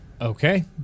Okay